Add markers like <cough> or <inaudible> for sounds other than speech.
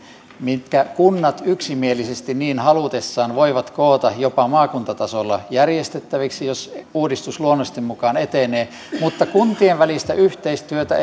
mitkä kunnat yksimielisesti niin halutessaan voivat koota jopa maakuntatasolla järjestettäviksi jos uudistus luonnosten mukaan etenee mutta kuntien välistä yhteistyötä <unintelligible>